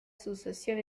sucesión